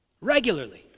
Regularly